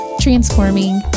transforming